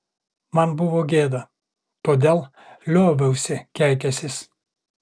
man buvo gėda todėl lioviausi keikęsis